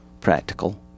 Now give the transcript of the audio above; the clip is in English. practical